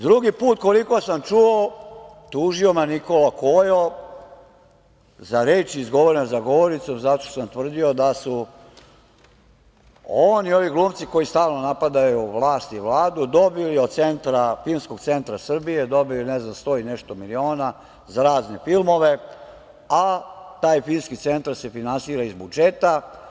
Drugi put, koliko sam čuo, tužio me Nikola Kojo za reči izgovorene za govornicom, zato što sam tvrdio da su on i ovi glumci koji stalno napadaju vlast i Vladu dobili od Filmskog centra Srbije sto i nešto miliona za razne filmove, a taj Filmski centar se finansira iz budžeta.